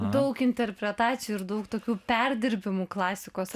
daug interpretacijų ir daug tokių perdirbimų klasikos